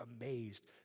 amazed